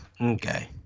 Okay